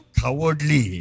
cowardly